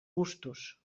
gustos